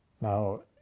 Now